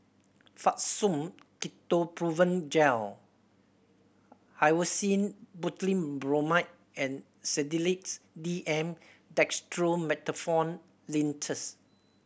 Fastum Ketoprofen Gel Hyoscine Butylbromide and Sedilix D M Dextromethorphan Linctus